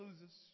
loses